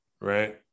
right